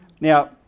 Now